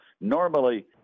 normally